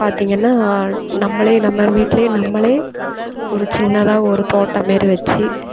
பார்த்தீங்கன்னா நம்பளே நம்ம வீட்டுலே நம்பளே ஒரு சின்னதாக ஒரு தோட்டம் மாரி வச்சு